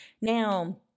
Now